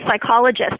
psychologist